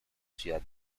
ciudad